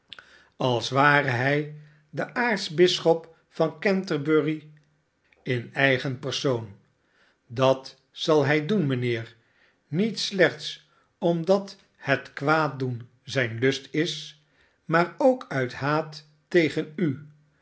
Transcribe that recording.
als ware hij de aartsbisschop van canterbury in eigen persoon dat zal hij doen mijnheer niet slechts omdat het kwaaddoen zijn lust is maar ook uit haat tegen u